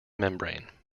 membrane